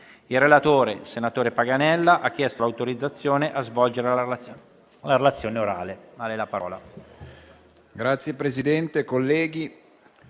Ilrelatore, senatore Paganella, ha chiesto l'autorizzazione a svolgere la relazione orale.